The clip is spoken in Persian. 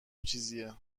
چیزیه